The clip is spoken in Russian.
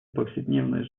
повседневной